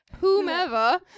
whomever